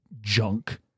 junk